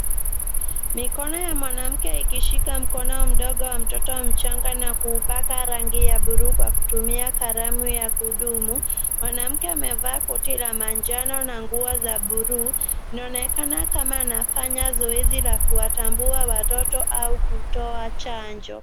Mikono ya mwanamke ikishika mkono mdogo wa mtoto mchanga na kuupaka rangi ya buluu kwa kutumia kalamu ya kudumu. Mwanamke amevaa koti la manjano na nguo za buluu, inaonekana kama anafanya zoezi la kuwatambua watoto au kutoa chanjo.